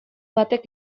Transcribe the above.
batek